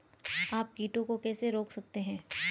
आप कीटों को कैसे रोक सकते हैं?